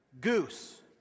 Goose